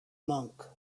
monk